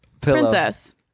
princess